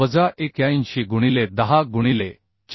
वजा 81 गुणिले 10 गुणिले 4